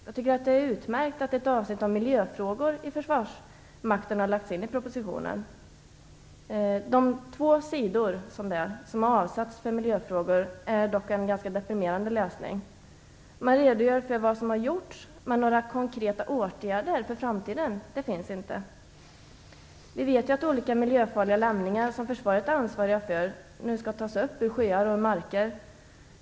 Jag tycker att det är utmärkt att ett avsnitt om miljöfrågor i Försvarsmakten har lagts in i propositionen. De två sidor som avsatts för miljöfrågor är dock en ganska deprimerande läsning. Man redogör för vad som har gjorts, men några konkreta åtgärder för framtiden finns inte. Vi vet att olika miljöfarliga lämningar som försvaret är ansvarigt för nu skall tas upp ur sjöar och marker.